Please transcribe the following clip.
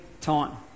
time